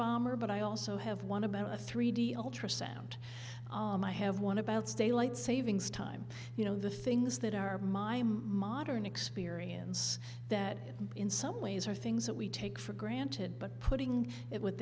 bomber but i also have one about a three d ultrasound i have one abouts daylight savings time you know the things that are my modern experience that in some ways are things that we take for granted but putting it w